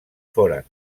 foren